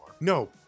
No